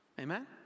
Amen